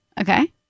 Okay